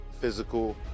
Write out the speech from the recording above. physical